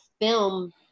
film